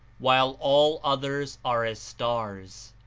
while all others are as stars.